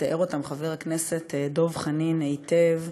תיאר אותם חבר הכנסת דב חנין היטב.